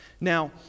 Now